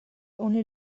only